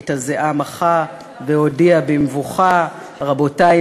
/ את הזיעה מחה / והודיע במבוכה: / רבותי,